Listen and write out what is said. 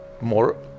more